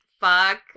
fuck